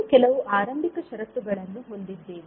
ನಾವು ಕೆಲವು ಆರಂಭಿಕ ಷರತ್ತುಗಳನ್ನು ಹೊಂದಿದ್ದೇವೆ